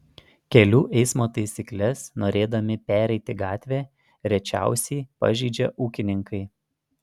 kelių eismo taisykles norėdami pereiti gatvę rečiausiai pažeidžia ūkininkai